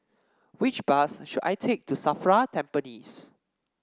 which bus should I take to Safra Tampines